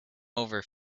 over